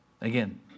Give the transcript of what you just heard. Again